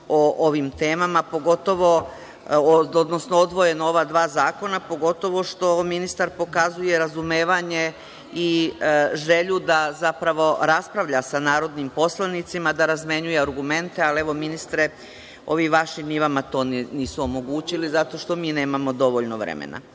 o ovim temama, pogotovo, odnosno odvojeno o ova dva zakona, pošto ministar pokazuje razumevanje i želju da raspravlja sa narodnim poslanicima, da razmenjuje argumente, ali ovi vaši ministre, ni to vam nisu omogućili, zato što mi nemamo dovoljno vremena. Da